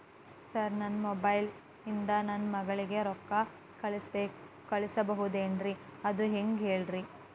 sir ನನ್ನ mobile ಇಂದ ನನ್ನ ಮಗಳಿಗೆ ರೊಕ್ಕಾ ಕಳಿಸಬಹುದೇನ್ರಿ ಅದು ಹೆಂಗ್ ಹೇಳ್ರಿ